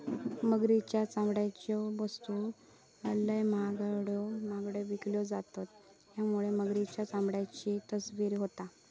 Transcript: मगरीच्या चामड्याच्यो वस्तू लय महागड्यो विकल्यो जातत त्यामुळे मगरीच्या चामड्याची तस्करी होता